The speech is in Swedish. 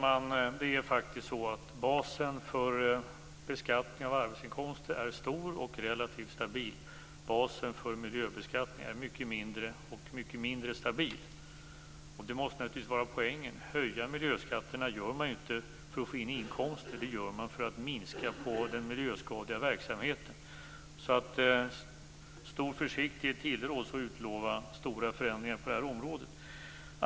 Herr talman! Basen för beskattning av arbetsinkomster är stor och relativt stabil. Basen för miljöbeskattning är mycket mindre och mycket mindre stabil. Det måste naturligtvis vara poängen. Höjer miljöskatterna gör man inte för att få inkomster. Det gör man för att minska den miljöskadliga verksamheten. Stor försiktighet tillråds när det gäller att utlova stora förändringar på detta område.